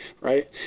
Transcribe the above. Right